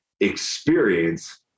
experience